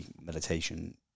meditation